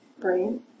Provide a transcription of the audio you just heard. brain